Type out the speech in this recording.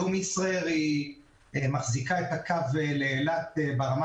היום ישראייר מחזיקה את הקו לאילת ברמה